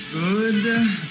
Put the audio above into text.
Good